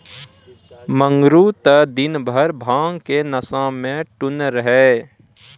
मंगरू त दिनभर भांग के नशा मॅ टुन्न रहै